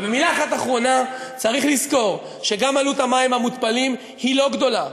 ובמילה אחת אחרונה: צריך לזכור שגם עלות המים המותפלים היא לא גדולה,